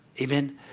amen